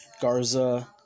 Garza